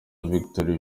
victory